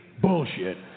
bullshit